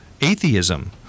Atheism